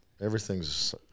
Everything's